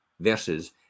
versus